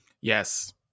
Yes